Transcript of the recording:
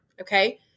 Okay